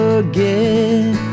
again